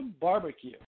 barbecue